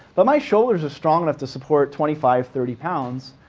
but my shoulders are strong enough to support twenty five, thirty pounds.